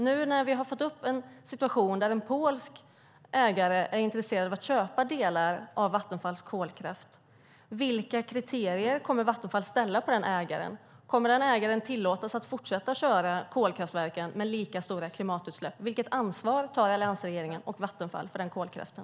Nu när vi har fått en situation där en polsk ägare är intresserad av att köpa delar av Vattenfalls kolkraft, vilka kriterier kommer Vattenfall att ställa på den ägaren? Kommer ägaren att tillåtas fortsätta köra kolkraftverken med lika stora klimatutsläpp? Vilket ansvar tar alliansregeringen och Vattenfall för den kolkraften?